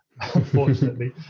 unfortunately